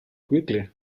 quickly